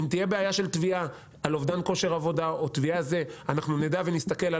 ואם תהיה תביעה על אובדן כושר עבודה או משהו כזה אז אפשר להסתכל על